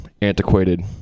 antiquated